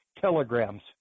telegrams